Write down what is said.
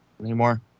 anymore